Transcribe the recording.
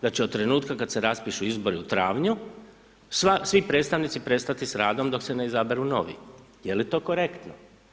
Da će od trenutka kad se raspišu izbori u travnju, svi predstavnici prestati s radom dok se ne izaberu novi, je li to korektno?